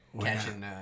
catching